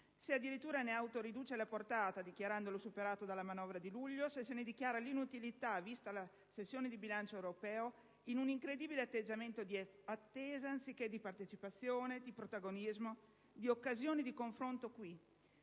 se addirittura ne autoriduce la portata, dichiarandolo superato dalla manovra di luglio; se ne dichiara l'inutilità vista la sessione di bilancio europeo, in un incredibile atteggiamento di attesa, anziché di partecipazione, di protagonismo, di occasione di confronto in